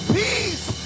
peace